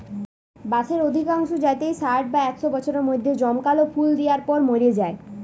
বাঁশের অধিকাংশ জাতই ষাট বা একশ বছরের মধ্যে জমকালো ফুল দিয়ার পর মোরে যায়